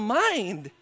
mind